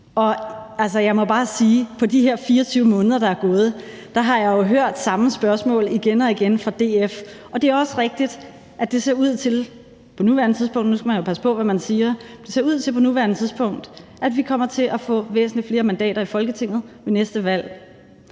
på de her 24 måneder, der er gået, har jeg jo hørt samme spørgsmål igen og igen fra DF. Det er også rigtigt, at det ser ud til på nuværende tidspunkt – nu skal man jo passe på,